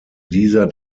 dieser